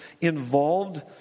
involved